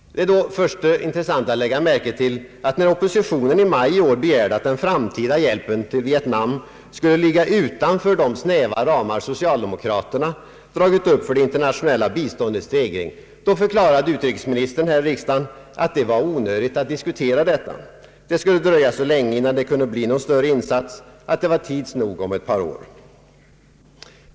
Det är då först intressant att lägga märke till att när oppositionen i maj i år begärde att den framtida hjälpen till Vietnam skulle ligga utanför de snäva ramar som socialdemokraterna dragit upp för det internationella biståndets stegring, förklarade utrikesministern här i riksdagen att det var onödigt att diskutera detta. Det skulle dröja så länge innan det skulle bli någon större insats att det var tids nog om ett par år.